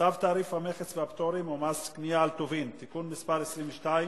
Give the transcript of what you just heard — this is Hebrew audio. צו תעריף המכס והפטורים ומס קנייה על טובין (תיקון מס' 22),